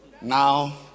Now